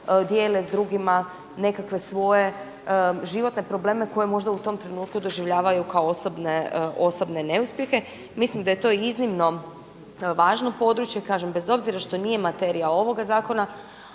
dijele s drugima nekakve svoje životne probleme koje možda u tom trenutku doživljavaju kao osobne neuspjehe. Mislim da je to iznimno važno područje, kažem bez obzira što nije materija ovog zakona,